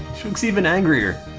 she even angrier